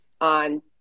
on